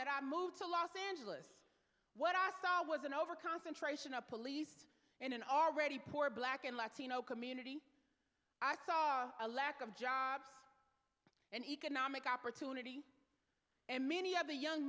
that i moved to los angeles what i saw it was an overconcentration a police in an already poor black and latino community i saw a lack of jobs and economic opportunity and many of the young